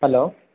hello